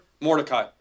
Mordecai